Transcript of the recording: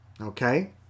Okay